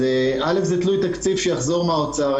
אז אל"ף, זה תלוי תקציב שיחזור מהאוצר.